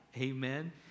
Amen